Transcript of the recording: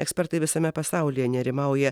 ekspertai visame pasaulyje nerimauja